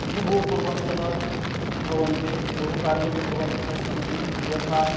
बहु कुर्वन्तः स् भवन्ति बहुकार्यं कुर्वन्तः सन्ति यथा